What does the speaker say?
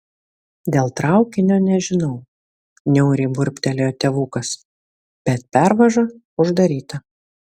dėl traukinio nežinau niauriai burbtelėjo tėvukas bet pervaža uždaryta